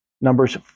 Numbers